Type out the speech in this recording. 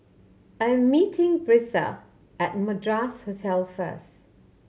I'm meeting Brisa at Madras Hotel first